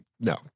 no